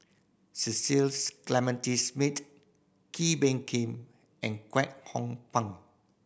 Cecil Clementi Smith Kee Bee Khim and Kwek Hong Png